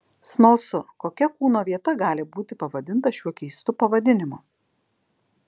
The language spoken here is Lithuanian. smalsu kokia kūno vieta gali būti pavadinta šiuo keistu pavadinimu